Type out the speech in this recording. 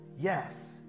Yes